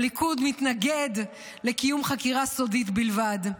הליכוד מתנגד לקיום חקירה סודית בלבד.